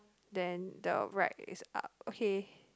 then the right is up okay